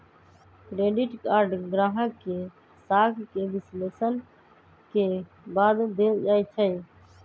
credit card गाहक के साख के विश्लेषण के बाद देल जाइ छइ